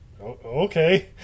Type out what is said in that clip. okay